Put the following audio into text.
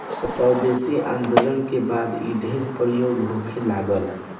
स्वदेशी आन्दोलन के बाद इ ढेर प्रयोग होखे लागल